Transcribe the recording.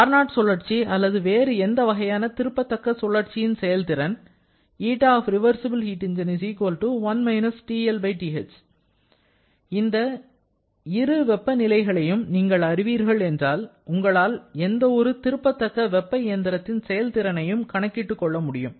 Carnot சுழற்சி அல்லது வேறு எந்த வகையான திருப்பத்தக்க சுழற்சியின் செயல்திறன் இந்த இரு வெப்பநிலைகளையும் நீங்கள் அறிவீர்கள் என்றால் உங்களால் எந்த ஒரு திருப்பத்தக்க வெப்ப இயந்திரத்தின் செயல்திறனையும் கணக்கிட்டுக் கொள்ள முடியும்